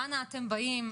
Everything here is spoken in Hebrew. אנה אתם באים.